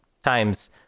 times